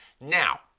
Now